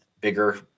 bigger